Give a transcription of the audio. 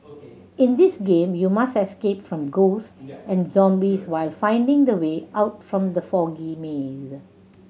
in this game you must escape from ghost and zombies while finding the way out from the foggy maze